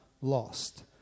lost